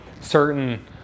certain